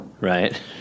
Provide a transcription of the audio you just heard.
Right